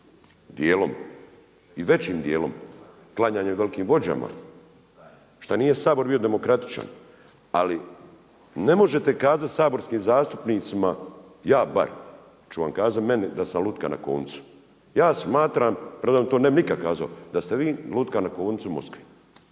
djelom i većim djelom klanjanjem velikim vođama. Šta nije Sabor bio demokratičan ali ne možete kazati saborskim zastupnicima, ja bar ću vam kazati meni da sam lutka na koncu. Ja smatram, premda vam to ne bi nikad kazao, da ste vi lutka na koncu Moskve.